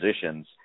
positions